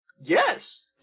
Yes